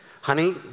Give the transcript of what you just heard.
Honey